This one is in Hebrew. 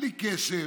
בלי קשב.